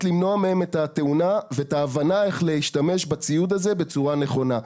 למנוע מהם את התאונה ואת ההבנה איך להשתמש בציוד הזה בצורה הנכונה.